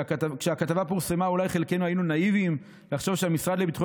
כשהכתבה פורסמה חלקנו אולי היינו נאיביים לחשוב שהמשרד לביטחון